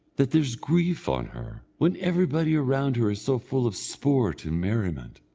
that there's grief on her, when everybody round her is so full of sport and merriment.